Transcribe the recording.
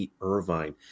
Irvine